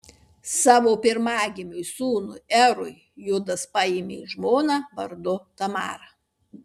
savo pirmagimiui sūnui erui judas paėmė žmoną vardu tamara